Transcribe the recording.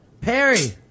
Perry